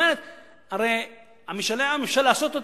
הרי משאלי עם אפשר לעשות,